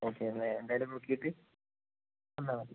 okay അല്ലേ എന്തായാലും ഒന്ന് നോക്കിട്ട് വന്നാൽ മതി